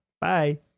bye